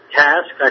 task